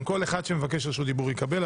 גם כל אחד שמבקש רשות דיבור יקבל,